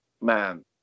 man